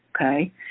okay